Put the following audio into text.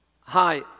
hi